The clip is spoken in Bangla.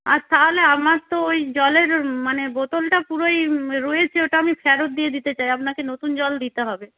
আর তাহলে আমার তো ওই জলের মানে বোতলটা পুরোই রয়েছে ওটা আমি ফেরত দিয়ে দিতে চাই আপনাকে নতুন জল দিতে হবে